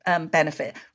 benefit